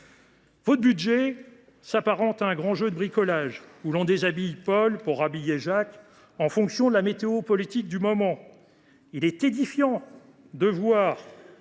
Votre budget s’apparente à un grand jeu de bricolage : on y déshabille Paul pour habiller Jacques, en fonction de la météo politique du moment. Il est ainsi édifiant de